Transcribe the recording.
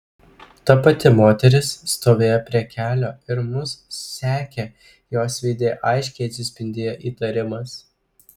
ta pati moteris stovėjo prie kelio ir mus sekė jos veide aiškiai atsispindėjo įtarimas